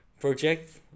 project